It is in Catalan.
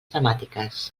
temàtiques